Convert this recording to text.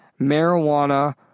marijuana